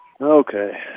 Okay